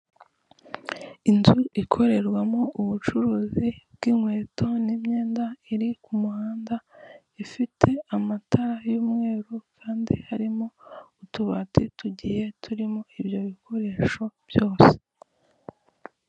Inzu ikorerwamo ubucuruzi bw'inkweto n'imyenda iri ku muhanda, ifite amatara y'umweru kandi harimo utubati tugiye turimo ibyo bikoresho byose.